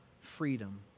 freedom